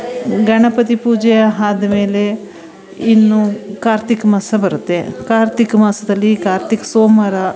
ಗಣಪತಿ ಪೂಜೆ ಆದ್ಮೇಲೆ ಇನ್ನೂ ಕಾರ್ತಿಕ ಮಾಸ ಬರುತ್ತೆ ಕಾರ್ತಿಕ ಮಾಸದಲ್ಲಿ ಕಾರ್ತಿಕ ಸೋಮವಾರ